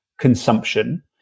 consumption